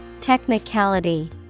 Technicality